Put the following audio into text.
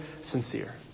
sincere